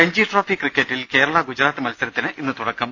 Ranji trophy ക്രിക്കറ്റിൽ കേരള ഗുജറാത്ത് മത്സര ത്തിന് ഇന്ന് തുടക്കം